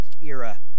era